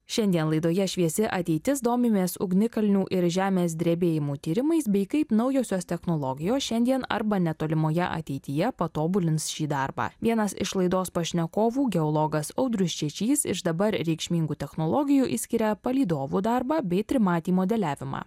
šiandien laidoje šviesi ateitis domimės ugnikalnių ir žemės drebėjimų tyrimais bei kaip naujosios technologijos šiandien arba netolimoje ateityje patobulins šį darbą vienas iš laidos pašnekovų geologas audrius čečys iš dabar reikšmingų technologijų išskiria palydovų darbą bei trimatį modeliavimą